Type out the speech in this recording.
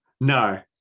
No